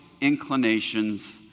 inclinations